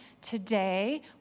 today